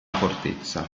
fortezza